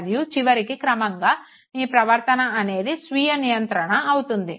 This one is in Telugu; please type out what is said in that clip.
మరియు చివరికి క్రమంగా మీ ప్రవర్తన అనేది స్వీయ నియంత్రణ అవుతుంది